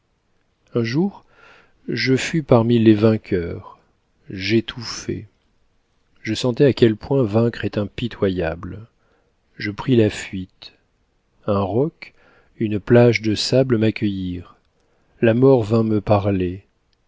un jour je fus parmi les vainqueurs j'étouffais je sentais à quel point vaincre est impitoyable je pris la fuite un roc une plage de sable m'accueillirent la mort vint me parler